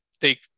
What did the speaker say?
take